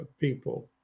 people